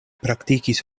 praktikis